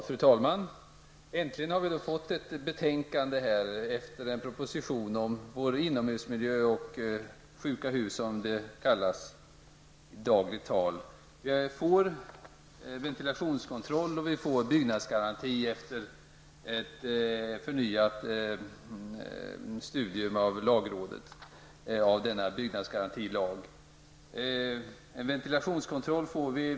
Fru talman! Äntligen har vi fått ett betänkande efter en proposition om vår inomhusmiljö och ''sjuka hus'', som det kallas i dagligt tal. Efter lagrådets förnyade studium får vi nu ventilationskontroll och byggnadsgaranti.